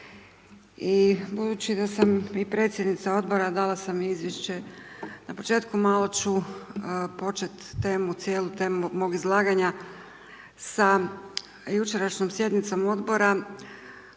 i budući da sam i predsjednica odbora, dala sam izvješće na početku, malo ću početi temu, cijelu temu mog izlaganja sa jučerašnjom sjednicom odbora